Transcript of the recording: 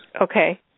Okay